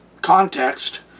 context